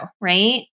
right